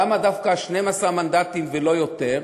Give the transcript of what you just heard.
למה דווקא 12 מנדטים ולא יותר?